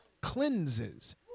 cleanses